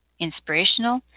inspirational